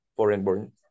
foreign-born